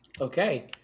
Okay